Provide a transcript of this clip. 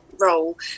role